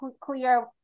clear